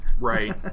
Right